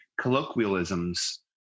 colloquialisms